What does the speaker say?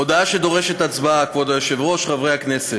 הודעה שדורשת הצבעה, כבוד היושב-ראש, חברי הכנסת,